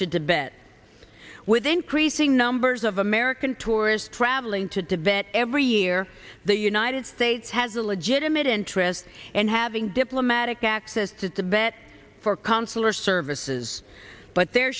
it with increasing numbers of american tourists traveling to divest every year the united states has a legitimate interest in having diplomatic access to the bet for consular services but there